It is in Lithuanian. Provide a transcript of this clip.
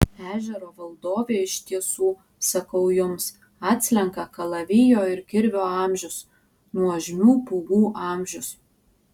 ežero valdovė iš tiesų sakau jums atslenka kalavijo ir kirvio amžius nuožmių pūgų amžius